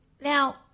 Now